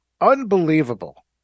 Unbelievable